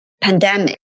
pandemic